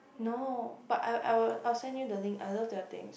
no but I will I will I will send you the link I love their things